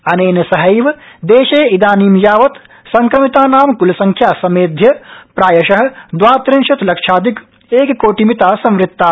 अनेन सहैव देशे ब्रानी यावत संक्रमितानां कुलसंख्या समेध्य प्रायश द्वात्रिंशत लक्षाधिक एककोटिमिता संवृत्ता